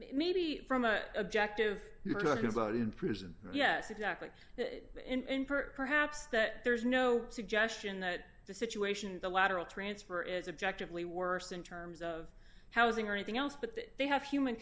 maybe from a objective in prison yes exactly perhaps that there's no suggestion that the situation in the lateral transfer is objective lee worse in terms of housing or anything else but that they have human